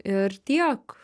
ir tiek